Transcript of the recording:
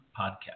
Podcast